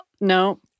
No